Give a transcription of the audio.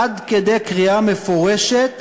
עד כדי קריאה מפורשת